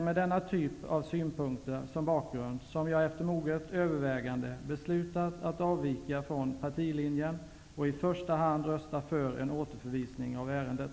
Med denna typ av synpunkter som bakgrund har jag efter moget övervägande beslutat att avvika från den kristdemokratiska partilinjen och i första hand rösta för en återförvisning av ärendet.